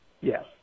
Yes